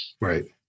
Right